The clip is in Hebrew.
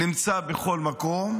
נמצא בכל מקום.